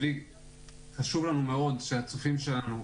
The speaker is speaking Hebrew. חשוב לנו מאוד שהצופים שלנו